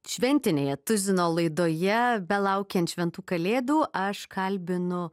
šventinėje tuzino laidoje belaukiant šventų kalėdų aš kalbinu